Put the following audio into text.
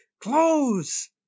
CLOSE